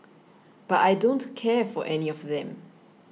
but I don't care for any of them